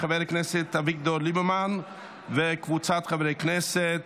של חבר הכנסת אביגדור ליברמן וקבוצת חברי הכנסת.